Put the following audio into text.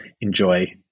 enjoy